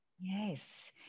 yes